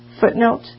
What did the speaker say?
footnote